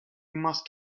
must